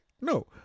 No